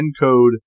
ENCODE